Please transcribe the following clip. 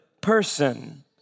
person